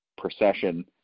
procession